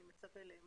אני מצווה לאמור: